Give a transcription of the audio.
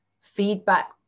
feedback